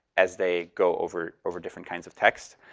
as they go over over different kinds of text.